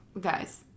guys